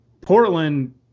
Portland